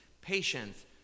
patience